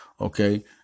Okay